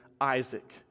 Isaac